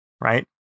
Right